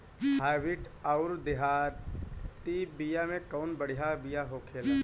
Hybrid अउर देहाती बिया मे कउन बढ़िया बिया होखेला?